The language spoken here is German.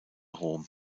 rom